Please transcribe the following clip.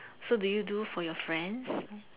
so do you do for your friends